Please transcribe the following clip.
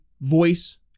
voice